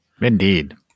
Indeed